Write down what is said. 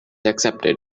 accepted